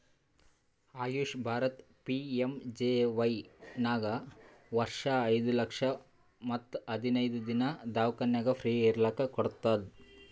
AYUSH Bharat PMJAY ನಾಗ್ ವರ್ಷ ಐಯ್ದ ಲಕ್ಷ ಮತ್ ಹದಿನೈದು ದಿನಾ ದವ್ಖಾನ್ಯಾಗ್ ಫ್ರೀ ಇರ್ಲಕ್ ಕೋಡ್ತುದ್